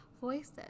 voices